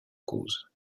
cause